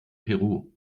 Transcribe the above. peru